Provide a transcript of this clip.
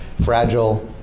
fragile